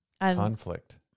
conflict